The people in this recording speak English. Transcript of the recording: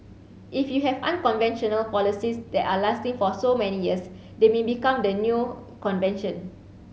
if you have unconventional policies that are lasting for so many years they may become the new convention